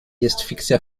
fikcja